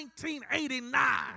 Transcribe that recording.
1989